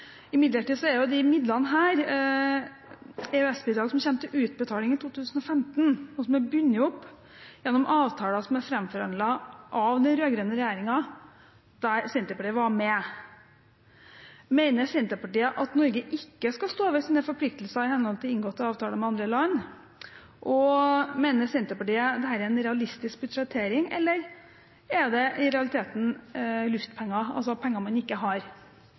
Imidlertid er jo disse midlene EØS-midler som kommer til utbetaling i 2015, og som er bundet opp gjennom avtaler som er framforhandlet av den rød-grønne regjeringen, der Senterpartiet var med. Mener Senterpartiet at Norge ikke skal stå ved sine forpliktelser i henhold til inngåtte avtaler med andre land? Mener Senterpartiet at dette er en realistisk budsjettering, eller er det i realiteten luftpenger, altså penger man ikke har?